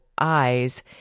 eyes